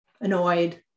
annoyed